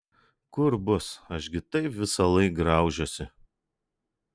kur bus aš gi taip visąlaik graužiuosi